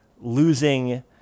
losing